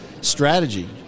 strategy